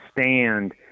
stand